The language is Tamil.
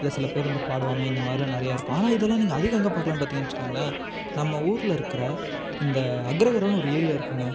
இல்லை சில பேர் வந்து பாடுவாங்க இந்த மாதிரில்லாம் நிறையா இருக்கும் ஆனால் இதெல்லாம் நீங்கள் அதிகம் எங்கே பாக்கலாம்னு பார்த்திங்க வச்சுக்கோங்களேன் நம்ம ஊரில் இருக்கிற இந்த அக்ரகாரம்னு ஒரு ஏரியா இருக்குங்க